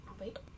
wait